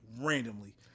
randomly